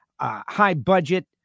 high-budget